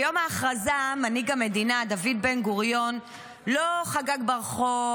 ביום ההכרזה מנהיג המדינה דוד בן-גוריון לא חגג ברחוב,